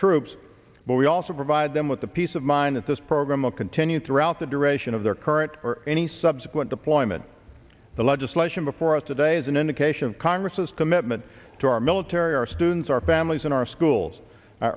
troops but we also provide them with the peace of mind that this program will continue throughout the duration of their current or any subsequent deployment the legislation before us today is an indication of congress's commitment to our military our students our families in our schools